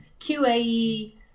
QAE